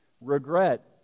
Regret